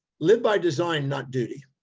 live by design, not duty,